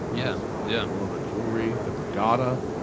yeah yeah bulova jewelry, the regatta.